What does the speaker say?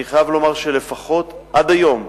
אני חייב לומר, לפחות עד היום,